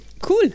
cool